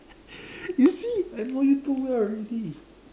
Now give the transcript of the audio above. you see I know you too well already